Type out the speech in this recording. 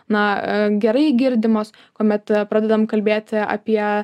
na gerai girdimos kuomet pradedam kalbėti apie